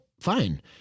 Fine